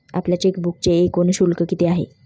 आपल्या चेकबुकचे एकूण शुल्क किती आहे?